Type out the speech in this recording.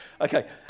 Okay